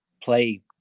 play